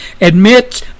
admits